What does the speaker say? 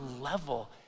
level